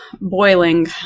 Boiling